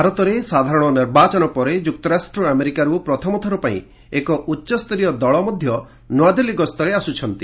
ଭାରତରେ ସାଧାରଣ ନିର୍ବାଚନ ପରେ ଯୁକ୍ତରାଷ୍ଟ୍ର ଆମେରିକାରୁ ପ୍ରଥମଥର ପାଇଁ ଏକ ଉଚ୍ଚସ୍ତରୀୟ ଦଳ ନୂଆଦିଲ୍ଲୀ ଆସ୍କୁଛନ୍ତି